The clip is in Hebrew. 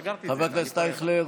חבר הכנסת אייכלר,